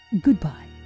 goodbye